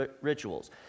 rituals